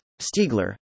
Stiegler